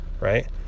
right